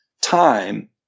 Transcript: time